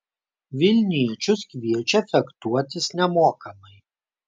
vilniečius kviečia fechtuotis nemokamai